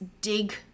dig